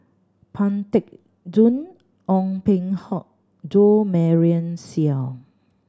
Pang Teck Joon Ong Peng Hock Jo Marion Seow